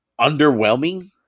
underwhelming